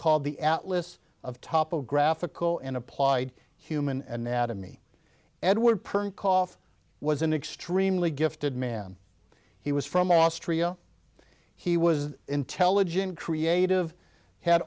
called the atlas of topographical and applied human anatomy edward perkoff was an extremely gifted man he was from austria he was intelligent creative had